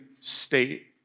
state